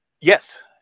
Yes